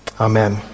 Amen